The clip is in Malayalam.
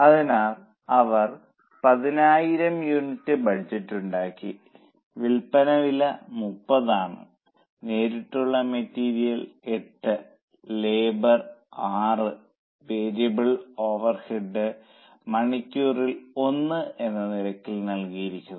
അതിനാൽ അവർ 10000 യൂണിറ്റ് ബജറ്റ് ഉണ്ടാക്കി വിൽപ്പന വില 30 ആണ് നേരിട്ടുള്ള മെറ്റീരിയൽ 8 ലേബർ 6 വേരിയബിൾ ഓവർഹെഡുകൾ മണിക്കൂറിൽ 1 എന്ന നിരക്കിൽ നൽകിയിരിക്കുന്നു